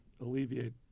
alleviate